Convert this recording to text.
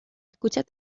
escuchas